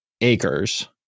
acres